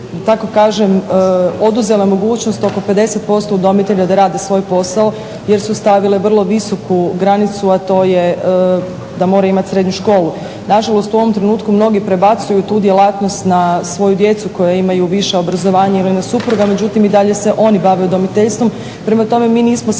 tako kažem oduzele mogućnost oko 50% udomitelja da radi svoj posao jer su stavile vrlo visoku granicu, a to je da moraju imati srednju školu. Na žalost u ovom trenutku mnogi prebacuju tu djelatnost na svoju djecu koja imaju viša obrazovanja ili na supruga, međutim i dalje se oni bave udomiteljstvom. Prema tome, mi nismo